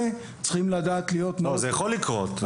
זה יכול לקרות.